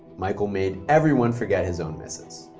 michael made everyone forget his own misses.